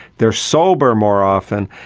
they are sober more often.